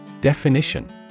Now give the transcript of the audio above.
Definition